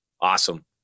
Awesome